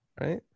right